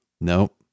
Nope